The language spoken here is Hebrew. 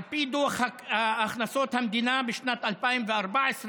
על פי דוח הכנסות המדינה בשנת 2014,